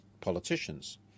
politicians